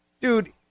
dude